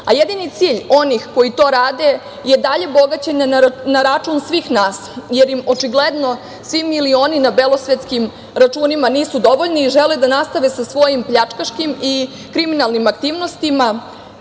a jedini cilj onih koji to rade je dalje bogaćenje na račun svih nas, jer im očigledno svi milioni na belosvetskim računima nisu dovoljni i žele da nastave sa svojim pljačkaškim i kriminalnim aktivnostima,